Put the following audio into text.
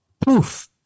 Poof